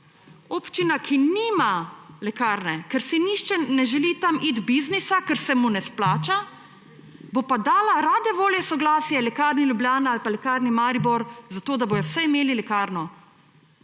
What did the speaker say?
Občina, ki nima lekarne, ker si nihče ne želi tam iti biznisa, ker se mu ne izplača, bo pa dala rade volje soglasje Lekarni Ljubljana ali Lekarni Maribor zato, da bodo vsaj imeli lekarno.